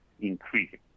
increasing